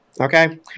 Okay